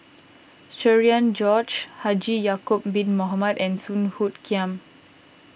Cherian George Haji Ya'Acob Bin Mohamed and Song Hoot Kiam